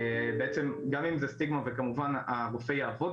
בעצם גם אם זה סטיגמה וכמובן הרופא יעבוד